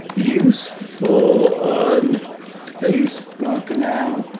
useful on facebook now?